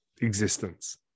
existence